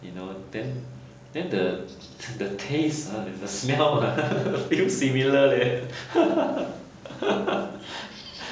you know then then the the taste ha the smell ha feels similar leh